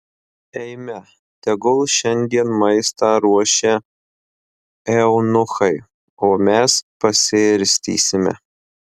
eime tegul šiandien maistą ruošia eunuchai o mes pasiirstysime